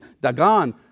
Dagon